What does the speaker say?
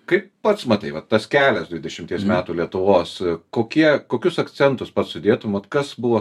kaip pats matai va tas kelias dvidešimties metų lietuvos kokie kokius akcentus pats sudėtum vat kas buvo